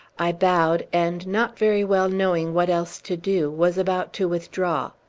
i bowed, and not very well knowing what else to do, was about to withdraw.